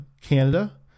Canada